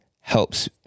helps